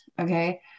Okay